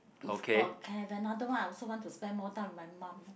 if got can have another one I also want to spend more time with my mum